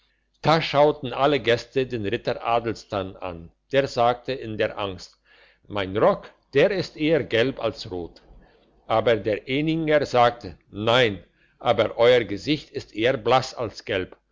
da schauten alle gäste den ritter adelstan an der sagte in der angst mein rock ist eher gelb als rot aber der ehninger sagte nein aber euer gesicht ist eher blass als gelb